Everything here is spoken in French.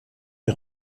est